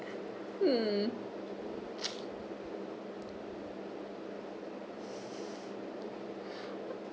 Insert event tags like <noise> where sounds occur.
hmm <noise>